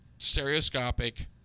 stereoscopic